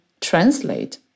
translate